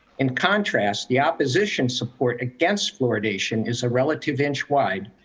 in contrast, the opposition support against fluoridation is a relative inch wide,